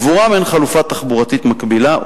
עבורם אין חלופה תחבורתית מקבילה,